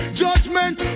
judgment